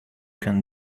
can